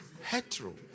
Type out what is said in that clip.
Hetero